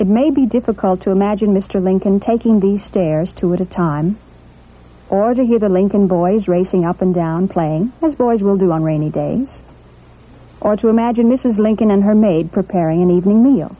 it may be difficult to imagine mr lincoln taking the stairs two at a time or to hear the lincoln boys racing up and down playing as boys will do on rainy days or to imagine mrs lincoln and her maid preparing an evening meal